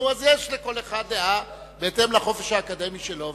נו, אז יש לכל אחד דעה בהתאם לחופש האקדמי שלו.